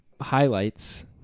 highlights